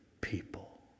people